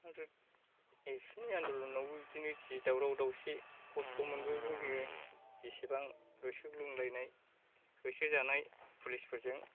आरो एबसुनि आन्दलनावबो बिदिनो जि दावराव दावसि खस्थ मोनबोदों जोङो बेसेबां होसोग्लुंलायनाय होसो जानाय पुलिसफोरजों